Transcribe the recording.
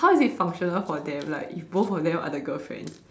how is it functional for them like if both of them are the girlfriends